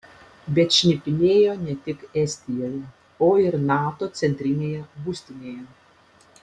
bet šnipinėjo ne tik estijoje o ir nato centrinėje būstinėje